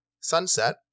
Sunset